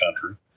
country